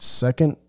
second